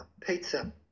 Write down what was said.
Pizza